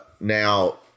Now